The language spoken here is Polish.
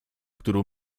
którą